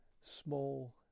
small